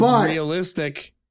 realistic